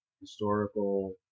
historical